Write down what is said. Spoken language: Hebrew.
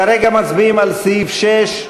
כרגע אנחנו מצביעים על סעיף 6,